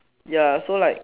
ya so like